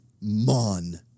Mon